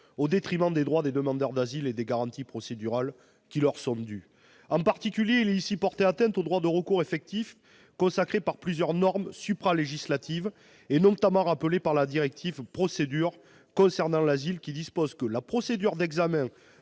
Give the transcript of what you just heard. au détriment des droits des demandeurs d'asile et des garanties procédurales qui leur sont dues. Ainsi, il est ici porté atteinte, en particulier, au droit de recours effectif consacré par plusieurs normes supralégislatives, notamment rappelées par la directive Procédures concernant l'asile, disposant que « la procédure d'examen